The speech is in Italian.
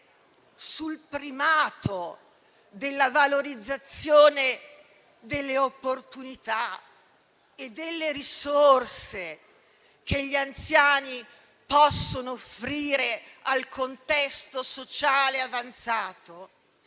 sul primato della valorizzazione delle opportunità e delle risorse che gli anziani possono offrire al contesto sociale avanzato,